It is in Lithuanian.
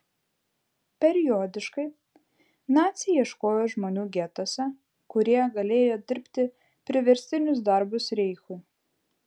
periodiškai naciai ieškojo žmonių getuose kurie galėjo dirbti priverstinius darbus reichui